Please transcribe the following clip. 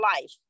life